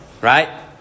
right